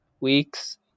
week's